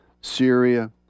Syria